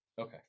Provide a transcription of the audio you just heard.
Okay